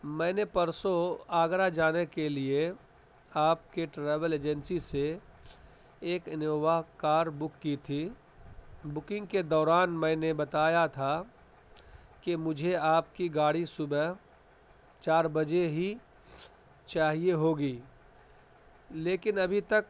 میں نے پرسوں آگرہ جانے کے لیے آپ کے ٹریویل ایجنسی سے ایک انووا کار بک کی تھی بکنگ کے دوران میں نے بتایا تھا کہ مجھے آپ کی گاڑی صبح چار بجے ہی چاہیے ہوگی لیکن ابھی تک